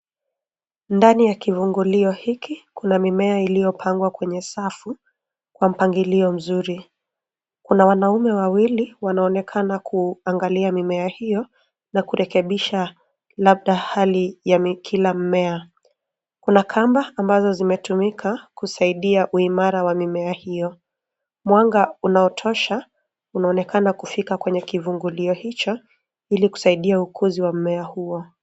Ndani ya kivungulio hiki kuna mimea iliyopandwa kwenye safu kwa mpangilio mzuri. Kuna wanaume wawili wanaonekana kuangalia mimea hiyo na kurekebisha labda hali ya kila mmea. Kuna kamba ambazo zimetumika kusaidia uimara wa mimea hiyo. Mwanga unaotosha unaonekana kufika kwenye kivungulio hicho ili kusaidia ukuzi wa mmea huo.